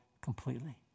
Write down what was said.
completely